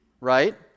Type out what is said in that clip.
Right